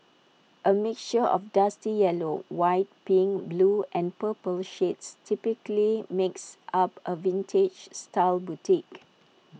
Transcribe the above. A mixture of dusty yellow white pink blue and purple shades typically makes up A vintage style bouquet